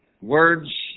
Words